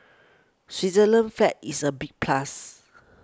Switzerland's flag is a big plus